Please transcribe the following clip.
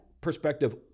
perspective